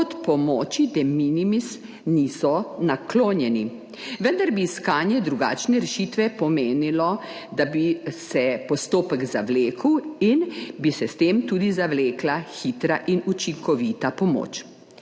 kot pomoči de minimis niso naklonjeni, vendar bi iskanje drugačne rešitve pomenilo, da bi se postopek zavlekel in bi se s tem tudi zavlekla hitra in učinkovita pomoč.